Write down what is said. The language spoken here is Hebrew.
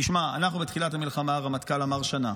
תשמע, בתחילת המלחמה הרמטכ"ל אמר שנה.